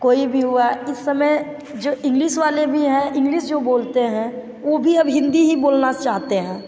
कोई भी हुआ इस समय जो इंग्लिस वाले भी हैं इंग्लिस भी जो बोलते हैं वह भी अब हिंदी ही बोलना चाहते हैं